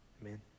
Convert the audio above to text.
Amen